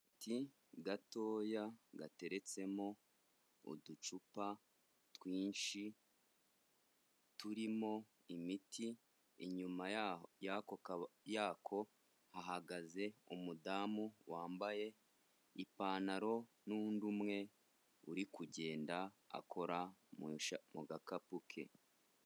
Akabati gatoya gateretsemo uducupa twinshi turimo imiti, inyuma yako hahagaze umudamu wambaye ipantaro n'undi umwe uri kugenda akora mu gakapu ke.